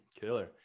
killer